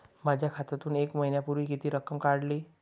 माझ्या खात्यातून एक महिन्यापूर्वी किती रक्कम काढली?